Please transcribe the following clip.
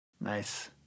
nice